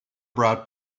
brought